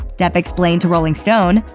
depp explained to rolling stone,